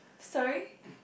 sorry